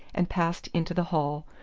and passed into the hall,